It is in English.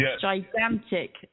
gigantic